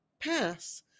pass